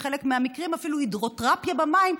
בחלק מהמקרים אפילו הידרותרפיה במים,